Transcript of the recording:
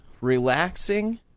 relaxing